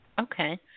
Okay